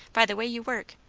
by the way you work.